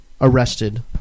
arrested